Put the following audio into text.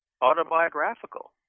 autobiographical